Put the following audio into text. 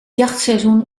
jachtseizoen